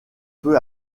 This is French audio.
peu